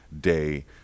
day